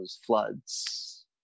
floods